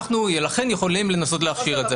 אנחנו יכולים לנסות להכשיר את זה.